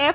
F